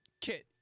Kit